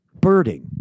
Birding